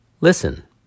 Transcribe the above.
listen